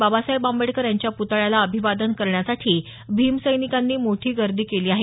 बाबासाहेब आंबेडकर यांच्या पुतळ्याला अभिवादन करण्यासाठी भीमसैनिकांनी मोठी गर्दी केली आहे